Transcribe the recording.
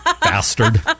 Bastard